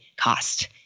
cost